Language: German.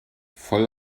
voll